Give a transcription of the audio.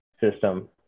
system